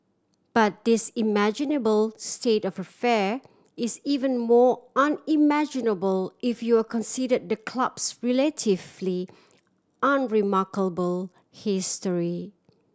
but this imaginable state of affair is even more unimaginable if you are consider the club's relatively unremarkable history